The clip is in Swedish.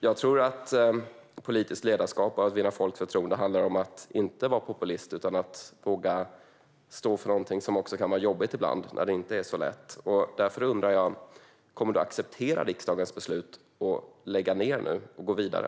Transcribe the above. Jag tror att politiskt ledarskap och att vinna folks förtroende handlar om att inte vara populist utan att våga stå för någonting som också kan vara jobbigt ibland när det inte är så lätt. Därför undrar jag: Kommer du att acceptera riksdagens beslut och lägga ned detta nu och gå vidare?